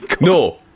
no